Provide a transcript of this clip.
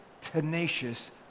tenacious